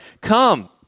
come